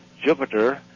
Jupiter